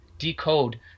decode